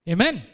Amen